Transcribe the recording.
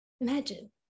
imagine